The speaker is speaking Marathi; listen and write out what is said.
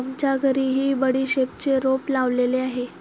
आमच्या घरीही बडीशेपचे रोप लावलेले आहे